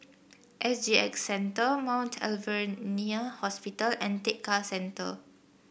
S G X Center Mount Alvernia Hospital and Tekka Center